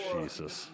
Jesus